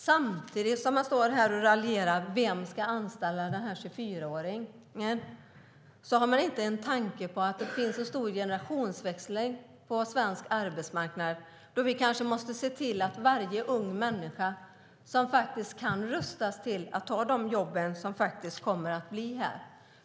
Samtidigt som man står här och raljerar över vem som ska anställa 24-åringen har man inte en tanke på att det kommer att ske en stor generationsväxling på svensk arbetsmarknad då vi kanske måste se till att rusta varje ung människa till att ta de jobb som kommer att bli lediga.